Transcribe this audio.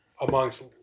amongst